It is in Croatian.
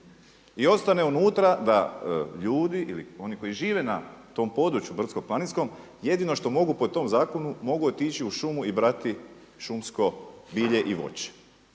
i ostane unutra da ljudi ili oni koji žive na tom području brdsko-planinskom jedino što mogu po tom zakonu mogu otići u šumu i brati šumsko bilje i voće.